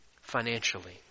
financially